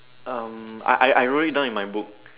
um I I I wrote it down in my book